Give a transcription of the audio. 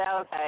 okay